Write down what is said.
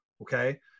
okay